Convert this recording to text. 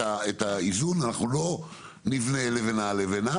אתם מתארים מצב שבו הוא יכול למכור אותה למי שהוא רוצה.